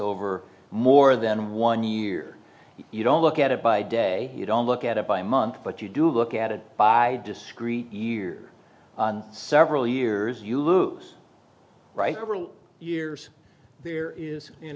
over more than one year you don't look at it by day you don't look at it by month but you do look at it by discrete year several years you lose right over the years there is an